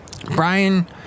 Brian